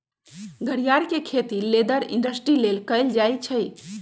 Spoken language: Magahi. घरियार के खेती लेदर इंडस्ट्री लेल कएल जाइ छइ